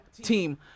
team